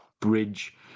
bridge